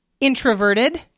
introverted